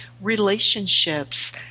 relationships